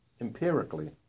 empirically